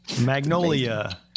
Magnolia